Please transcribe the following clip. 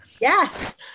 Yes